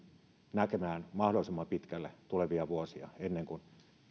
näkemään mahdollisimman pitkälle tulevia vuosia ennen kuin